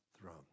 throne